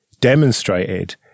demonstrated